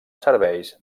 serveis